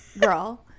girl